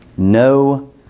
No